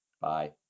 Bye